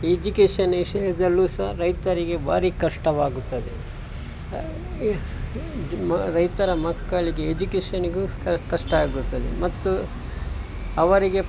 education ವಿಷಯದಲ್ಲೂ ಸಹ ರೈತರಿಗೆ ಭಾರಿ ಕಷ್ಟವಾಗುತ್ತದೆ ಮ ರೈತರ ಮಕ್ಕಳಿಗೆ ಎಜುಕೇಷನಿಗೂ ಕಷ್ಟ ಆಗುತ್ತದೆ ಮತ್ತು ಅವರಿಗೆ